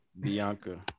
Bianca